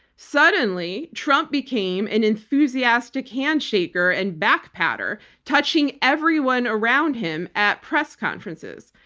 suddenly, trump became an enthusiastic handshaker and backpatter, touching everyone around him at press conferences.